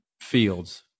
fields